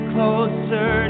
Closer